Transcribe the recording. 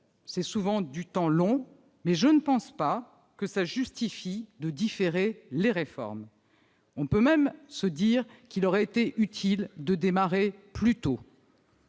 c'est souvent du temps long ; mais je ne pense pas que cela justifie de différer les réformes. On peut même penser qu'il aurait été utile de démarrer plus tôt